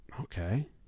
Okay